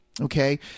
Okay